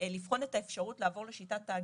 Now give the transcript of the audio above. לבחון את האפשרות לעבור לשיטת תאגידים.